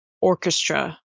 orchestra